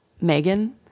Megan